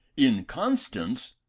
in constance!